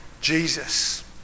Jesus